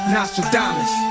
Nostradamus